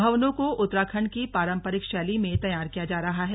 भवनों को उत्तराखण्ड की पारंपरिक शैली में तैयार किया जा रहा है